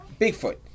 Bigfoot